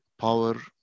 power